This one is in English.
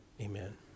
Amen